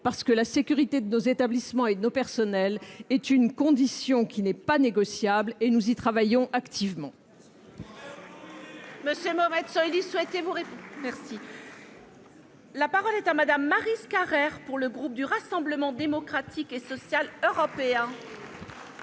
faille. La sécurité de nos établissements et de nos personnels est une condition qui n'est pas négociable et nous y travaillons activement.